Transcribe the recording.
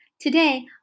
Today